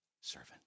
servant